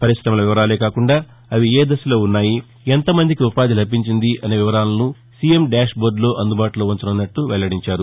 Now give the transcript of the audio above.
పరి్రమల వివరాలే కాకుండా అవి ఏ దశలో ఉన్నాయి ఎంతమందికి ఉపాధి లభించింది అనే వివరాలనూ సీఎం డ్యాష్బోర్లులో అందుబాటులో ఉంచనున్నట్లు వెల్లడించారు